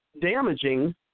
damaging